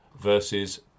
versus